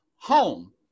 Home